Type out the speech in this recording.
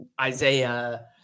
isaiah